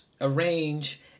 arrange